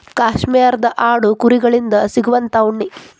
ಕಾಶ್ಮೇರದ ಆಡು ಕುರಿ ಗಳಿಂದ ಸಿಗುವಂತಾ ಉಣ್ಣಿ